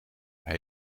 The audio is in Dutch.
hij